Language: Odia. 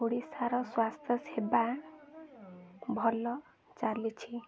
ଓଡ଼ିଶାର ସ୍ୱାସ୍ଥ୍ୟ ସେେବା ଭଲ ଚାଲିଛି